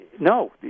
no